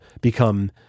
become